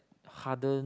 harder